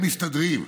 הם מסתדרים.